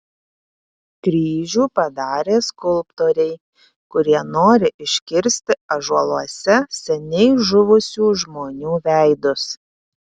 kryžių padarė skulptoriai kurie nori iškirsti ąžuoluose seniai žuvusių žmonių veidus